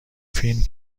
فیلم